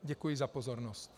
Děkuji za pozornost.